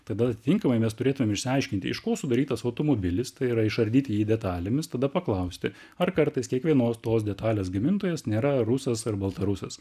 tada atinkamai mes turėtumėm išaiškinti iš ko sudarytas automobilis tai yra išardyti jį detalėmis tada paklausti ar kartais kiekvienos tos detalės gamintojas nėra rusas ar baltarusas